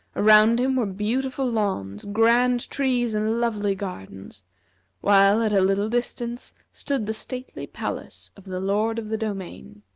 around him were beautiful lawns, grand trees, and lovely gardens while at a little distance stood the stately palace of the lord of the domain.